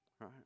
right